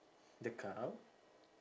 the cow